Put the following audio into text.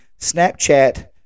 Snapchat